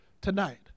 tonight